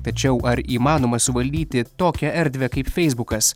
tačiau ar įmanoma suvaldyti tokią erdvę kaip feisbukas